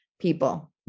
people